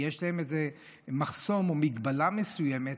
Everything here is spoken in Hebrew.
כי יש להם איזה מחסום או מגבלה מסוימת,